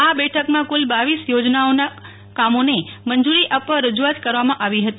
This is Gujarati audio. આ બેઠકમાં કુલ રર યોજનાઓનાં કામોને મંજુરી આપંવા રજુઆત કરવામાં આવી હતી